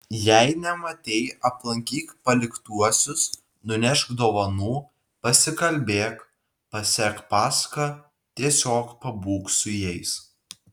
jei nematei aplankyk paliktuosius nunešk dovanų pasikalbėk pasek pasaką tiesiog pabūk su jais